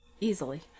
easily